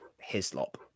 hislop